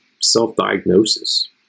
self-diagnosis